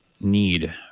need